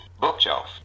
Bookshelf